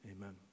amen